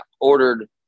ordered